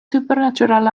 supernatural